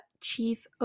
Chief